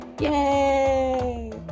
Yay